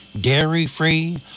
dairy-free